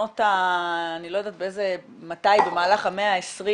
אני לא יודעת מתי במהלך המאה ה-20,